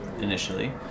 initially